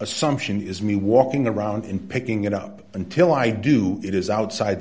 assumption is me walking around in picking it up until i do it is outside the